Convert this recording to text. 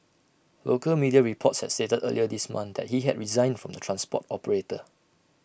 local media reports had stated earlier this month that he had resigned from the transport operator